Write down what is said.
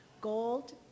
gold